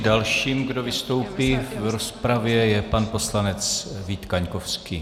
Dalším, kdo vystoupí v rozpravě, je pan poslanec Vít Kaňkovský.